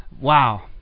Wow